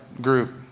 group